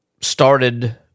started